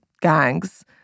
gangs